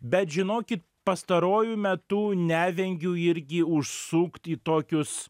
bet žinokit pastaruoju metu nevengiu irgi užsukt į tokius